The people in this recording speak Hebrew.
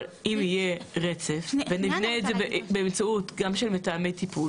אבל אם יהיה רצף ונבנה את זה באמצעות גם של מתאמי טיפול